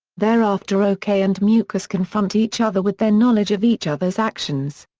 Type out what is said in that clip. thereafter o k. and mukesh confront each other with their knowledge of each other's actions.